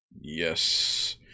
Yes